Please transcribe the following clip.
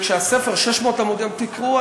שכשהספר, 600 עמודים, תקראו.